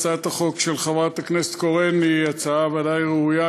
הצעת החוק של חברת הכנסת קורן היא הצעה ודאי ראויה,